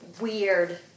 weird